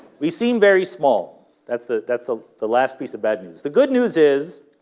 we seem very small that's the that's ah the last piece of bad news the good news is